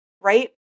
right